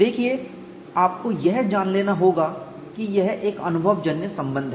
देखिए आपको यह जान लेना होगा कि यह एक अनुभवजन्य संबंध है